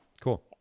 Cool